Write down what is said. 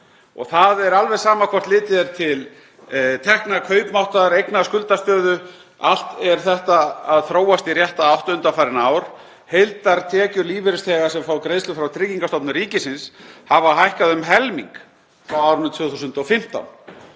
Það er alveg sama hvort litið er til tekna, kaupmáttar, eigna, skuldastöðu, allt er þetta að þróast í rétta átt undanfarin ár. Heildartekjur lífeyrisþega sem fá greiðslur frá Tryggingastofnun ríkisins hafa hækkað um helming frá árinu 2015